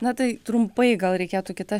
na tai trumpai gal reikėtų kitas